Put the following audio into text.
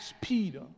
Peter